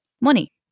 money